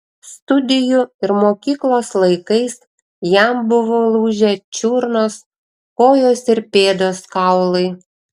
studijų ir mokyklos laikais jam buvo lūžę čiurnos kojos ir pėdos kaulai